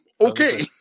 okay